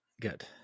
Good